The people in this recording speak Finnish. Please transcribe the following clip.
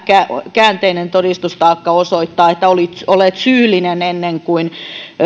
käänteinen todistustaakka osoittaa että olet syyllinen ennen kuin